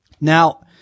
Now